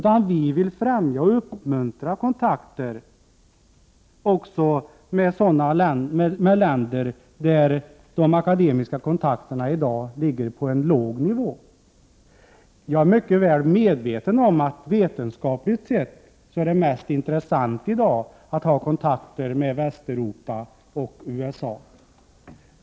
Vi vill fträmja och uppmuntra kontakter också med länder, där de akademiska kontakterna i dag ligger på en låg nivå. Jag är mycket väl medveten om att vetenskapligt sett är det i dag mest intressant att ha kontakter med Västeuropa och USA.